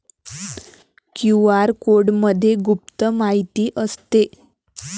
QR कोडमध्ये गुप्त माहिती असते